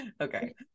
Okay